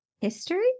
History